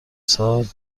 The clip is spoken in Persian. سال